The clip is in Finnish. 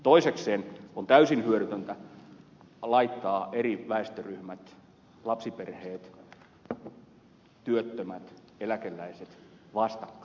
toisekseen on täysin hyödytöntä laittaa eri väestöryhmät lapsiperheet työttömät eläkeläiset vastakkain